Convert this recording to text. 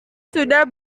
sudah